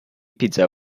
pizza